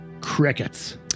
Crickets